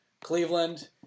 Cleveland